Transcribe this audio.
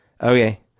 okay